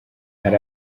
hari